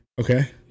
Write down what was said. Okay